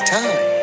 time